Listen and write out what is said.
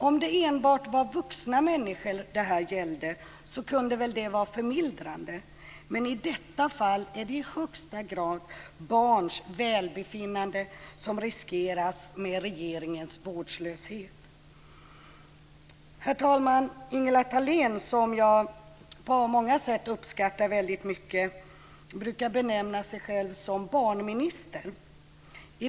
Om detta gällde enbart vuxna människor kunde det här väl vara förmildrande men i detta fall är det i högsta grad barns välbefinnande som riskeras genom regeringens vårdslöshet. Herr talman! Ingela Thalén, som jag på många sätt uppskattar väldigt mycket, brukar benämna sig som barnminister.